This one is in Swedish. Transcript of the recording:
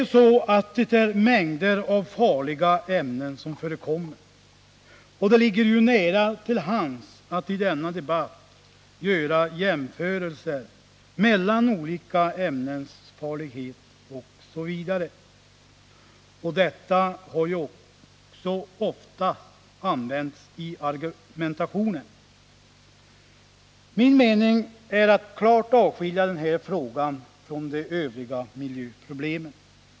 Det är mängder av farliga ämnen som förekommer. Det ligger nära till hands att i debatten göra jämförelser mellan olika ämnens farlighet osv. Detta har också ofta gjorts i argumentationen. Min avsikt är att klart avskilja den här frågan från de övriga miljöproblemen.